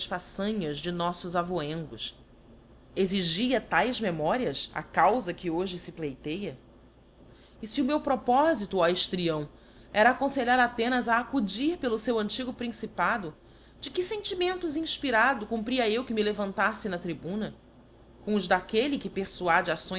façanhas de noflbs avoengos exigia taes memorias a caufa que hoje fe pleiteia e f e o meu propofito ó hiilrião era aconselhar apenas a acudir pelo feu antigo principado de que fentimentos infpirado cumpria que eu me levantaffe na tribuna com os d'aqu elle que perfuade